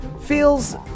feels